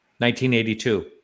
1982